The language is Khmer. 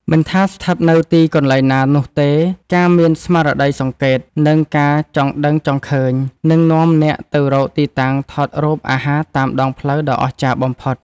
មិនថាស្ថិតនៅទីកន្លែងណានោះទេ ការមានស្មារតីសង្កេត និងការចង់ដឹងចង់ឃើញ នឹងនាំអ្នកទៅរកទីតាំងថតរូបអាហារតាមដងផ្លូវដ៏អស្ចារ្យបំផុត។